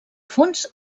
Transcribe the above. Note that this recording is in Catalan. fons